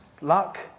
luck